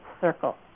circle